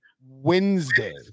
Wednesday